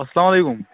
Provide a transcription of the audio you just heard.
اسلام علیکُم